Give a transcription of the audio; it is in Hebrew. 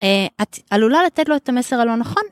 את עלולה לתת לו את המסר הלא נכון.